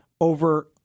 Over